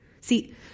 See